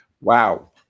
wow